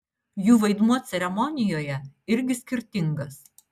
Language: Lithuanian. jų vaidmuo ceremonijoje irgi skirtingas